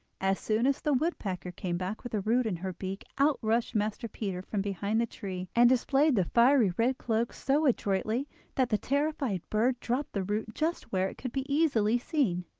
as soon as the woodpecker came back with the root in her beak out rushed master peter from behind the tree and displayed the fiery red cloak so adroitly that the terrified bird dropped the root just where it could be easily seen.